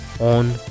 on